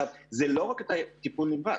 זה לא רק את טיפול נמרץ.